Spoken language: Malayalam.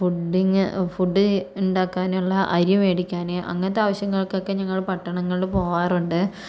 ഫുഡിങ് ഫുഡ് ഉണ്ടാക്കാനുള്ള അരി മേടിക്കാന് അങ്ങനത്തെ ആവശ്യങ്ങൾക്കൊക്കെ ഞങ്ങൾ പട്ടണങ്ങളിൽ പോവാറുണ്ട്